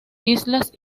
islas